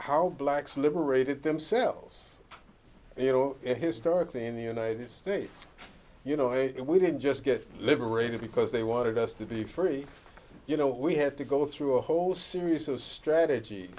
how blacks liberated themselves you know historically in the united states you know and we didn't just get liberated because they wanted us to be free you know we had to go through a whole series of strateg